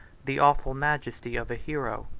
the awful majesty of a hero.